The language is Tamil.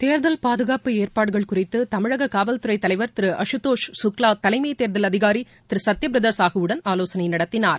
தேர்தல் பாதுகாப்பு ஏற்பாடுகள் குறித்து தமிழக காவல்துறை தலைவர் திரு அசுதோஷ் சுக்லா தலைமை தேர்தல் அதினரி திரு சத்தியப்பிரதா சாஹுடன் ஆலோசனை நடத்தினார்